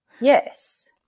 Yes